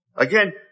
Again